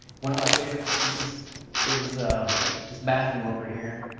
one of my favorite things is this bathroom over here.